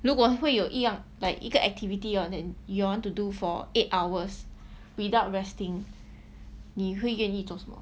如果会有一样 like 一个 activity and you want to do for eight hours without resting 你会愿意做什么